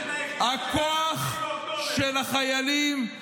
הכוח של החיילים,